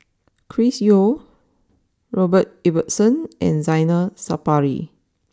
Chris Yeo Robert Ibbetson and Zainal Sapari